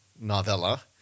novella